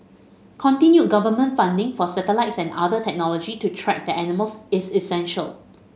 continued government funding for satellites and other technology to track the animals is essential